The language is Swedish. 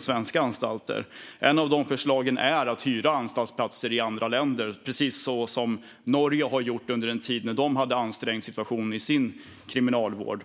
svenska anstalter. Ett av de förslagen är att hyra anstaltsplatser i andra länder, precis som Norge har gjort under en tid då de hade en ansträngd situation i sin kriminalvård.